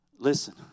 Listen